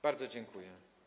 Bardzo dziękuję.